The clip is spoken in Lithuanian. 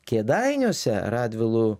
kėdainiuose radvilų